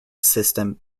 system